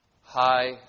High